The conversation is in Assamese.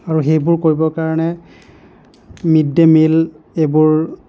আৰু সেইবোৰ কৰিবৰ কাৰণে মিড ডে মিল এইবোৰ